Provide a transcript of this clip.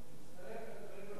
אדוני היושב-ראש,